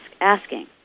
asking